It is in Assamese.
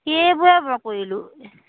সেইবোৰে ব কৰিলোঁ